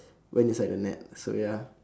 went inside the net so ya